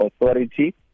Authority